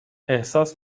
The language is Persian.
احساس